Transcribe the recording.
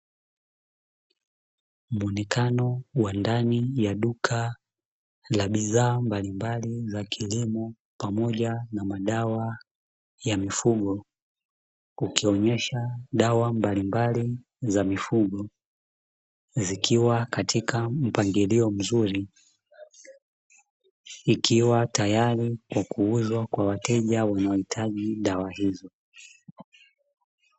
Muonekano wa ndani ya duka la bidhaa mbalimbali za kilimo pamoja na madawa ya mifugo, kukionyesha dawa mbalimbali za mifugo zikiwa katika mpangilio mzuri ikiwa tayari kwa kuuzwa kwa wateja wanaohitaji dawa hizo.